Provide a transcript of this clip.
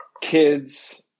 kids